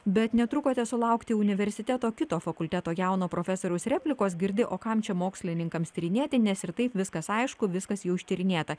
bet netrukote sulaukti universiteto kito fakulteto jauno profesoriaus replikos girdi o kam čia mokslininkams tyrinėti nes ir taip viskas aišku viskas jau ištyrinėta